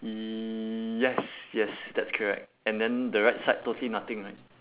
yes yes that's correct and then the right side totally nothing right